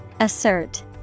Assert